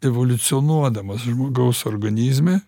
evoliucionuodamas žmogaus organizme